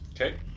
okay